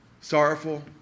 sorrowful